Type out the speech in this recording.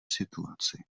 situaci